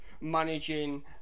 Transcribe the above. managing